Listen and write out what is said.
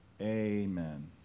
Amen